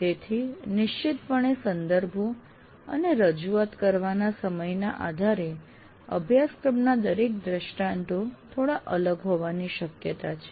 તેથી નિશ્ચિતપણે સંદર્ભો અને રજુઆત કરવાના સમયના આધારે અભ્યાસક્રમના દરેક દ્રષ્ટાંત થોડા અલગ હોવાની શક્યતા છે